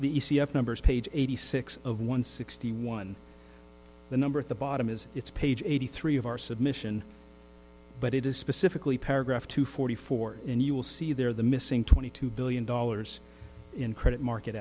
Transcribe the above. f numbers page eighty six of one sixty one the number at the bottom is it's page eighty three of our submission but it is specifically paragraph two forty four and you will see there the missing twenty two billion dollars in credit market